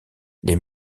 les